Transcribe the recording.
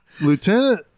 Lieutenant